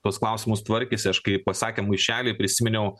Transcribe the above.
tuos klausimus tvarkėsi aš kai pasakė maišelį prisiminiau